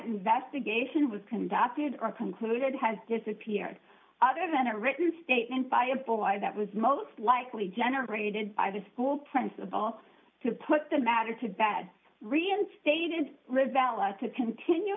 investigation was conducted are concluded has disappeared other than a written statement by a boy that was most likely generated by the school principal to put the matter to bed reinstated rebel or to continue